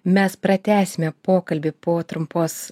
mes pratęsime pokalbį po trumpos